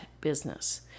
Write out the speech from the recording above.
business